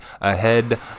ahead